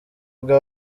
bwa